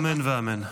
אמן ואמן.